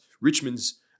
Richmond's